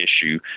issue